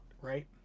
right